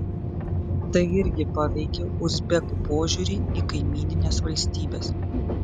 tai irgi paveikė uzbekų požiūrį į kaimynines valstybes